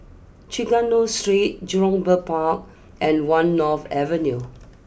Trengganu Street Jurong Bird Park and one North Avenue